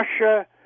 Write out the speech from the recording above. Russia